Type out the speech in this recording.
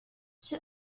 she